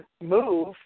move